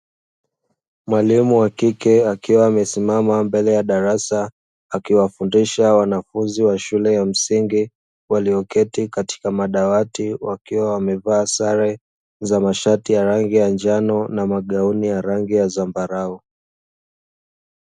Mwalimu wa kike, akiwa amesimama mbele ya darasa akiwafundisha wanafunzi wa shule ya msingi walioketi katika madawati, wakiwa wamevaa sare za mashati ya rangi ya njano na magauni ya rangi ya zambarau.